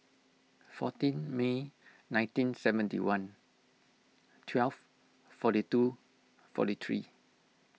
fourteen May nineteen seventy one twelve forty two forty three